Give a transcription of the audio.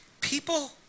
People